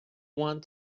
want